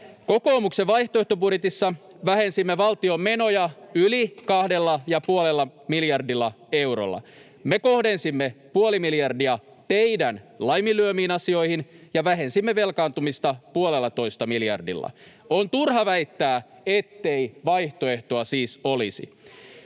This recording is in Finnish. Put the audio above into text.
Kokoomuksen vaihtoehtobudjetissa vähensimme valtion menoja yli kahdella ja puolella miljardilla eurolla. Me kohdensimme puoli miljardia teidän laiminlyömiinne asioihin ja vähensimme velkaantumista puolellatoista miljardilla. On turha väittää, ettei vaihtoehtoa siis olisi.